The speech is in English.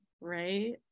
Right